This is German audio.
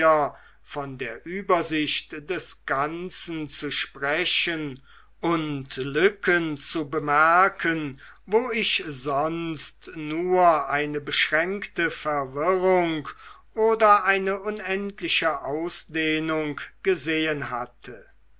von der übersicht des ganzen zu sprechen und lücken zu bemerken wo ich sonst nur eine beschränkte verwirrung oder eine unendliche ausdehnung gesehen hatte